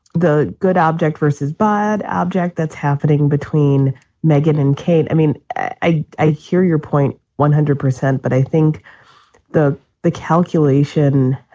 the good object versus bad object that's happening between megan and kate. i mean, i i hear your point. one hundred percent. but i think the the calculation